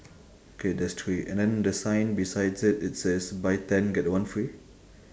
okay there's three and then the sign besides it it says buy ten get one free